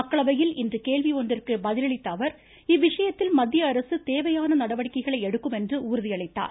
மக்களவையில் இன்று கேள்வி ஒன்றிற்கு பதிலளித்த அவர் இவ்விஷயத்தில் மத்தியஅரசு தேவையான நடவடிக்கைகளை எடுக்கும் என்று உறுதியளித்தார்